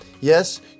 Yes